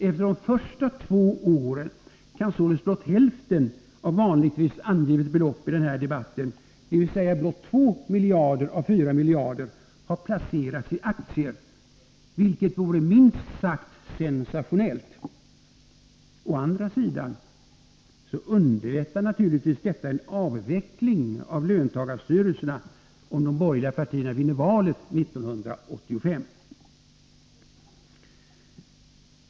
Efter de första två åren kan således blott hälften av det i debatten vanligtvis angivna beloppet, dvs. blott två av fyra miljarder, ha placerats i aktier, vilket vore minst sagt sensationellt. Detta underlättar naturligtvis en avveckling av löntagarstyrelserna om de borgerliga partierna vinner valet 1985.